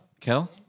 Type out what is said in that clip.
Kel